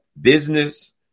business